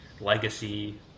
legacy